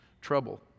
trouble